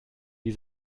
die